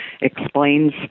explains